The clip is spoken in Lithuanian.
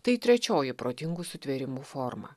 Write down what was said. tai trečioji protingų sutvėrimų forma